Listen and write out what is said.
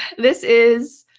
this is